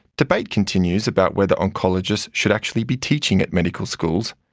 debate continues about whether oncologists should actually be teaching at medical schools,